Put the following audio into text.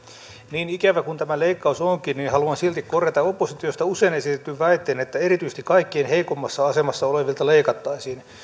niin ikävä kuin tämä leikkaus onkin niin haluan silti korjata oppositiosta usein esitetyn väitteen että erityisesti kaikkein heikoimmassa asemassa olevilta leikattaisiin